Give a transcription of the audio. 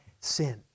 sin